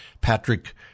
Patrick